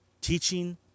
Teaching